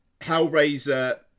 Hellraiser